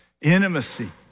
intimacy